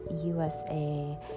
USA